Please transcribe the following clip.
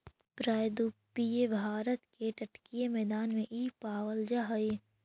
प्रायद्वीपीय भारत के तटीय मैदान में इ पावल जा हई